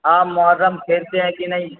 آپ محرم کھیلتے ہیں کہ نہیں